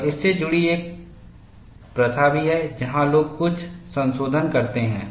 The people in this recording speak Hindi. और इससे जुड़ी एक प्रथा भी है जहां लोग कुछ संशोधन करते हैं